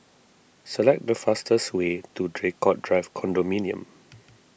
select the fastest way to Draycott Drive Condominium